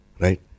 Right